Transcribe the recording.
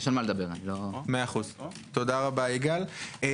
אני פעיל חברתי עוד משנות ה-80' בכנסת לכן אני מכיר את